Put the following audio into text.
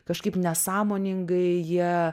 kažkaip nesąmoningai jie